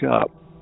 up